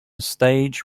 stage